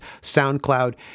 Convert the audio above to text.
SoundCloud